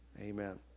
amen